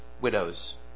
Widows